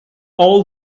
all